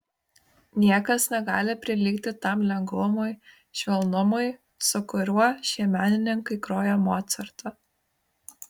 niekas negali prilygti tam lengvumui švelnumui su kuriuo šie menininkai groja mocartą